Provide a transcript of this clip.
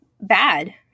bad